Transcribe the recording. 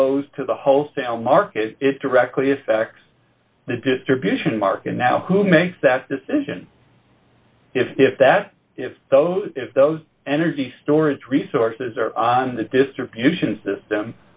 goes to the wholesale market it directly affects the distribution market now who makes that decision if that if those if those energy storage resources are on the distribution system